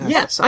Yes